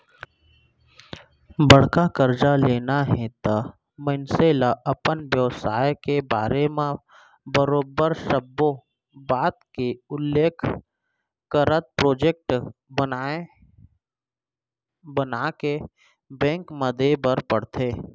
बड़का करजा लेना हे त मनसे ल अपन बेवसाय के बारे म बरोबर सब्बो बात के उल्लेख करत प्रोजेक्ट बनाके बेंक म देय बर परथे